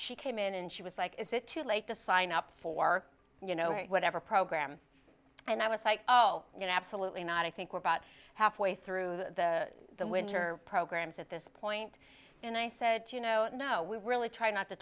she came in and she was like is it too late to sign up for you know whatever program and i was like oh you know absolutely not i think we're about halfway through the winter programs at this point and i said you know no we really try not to